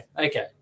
Okay